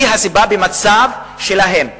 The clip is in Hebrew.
הן הסיבה למצב שלהם.